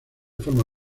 forma